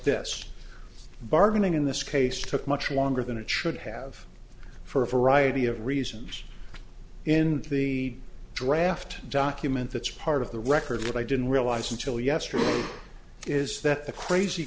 this bargaining in this case took much longer than it should have for a variety of reasons in the draft document that's part of the record that i didn't realize until yesterday is that the crazy